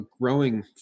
growing